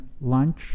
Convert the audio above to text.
lunch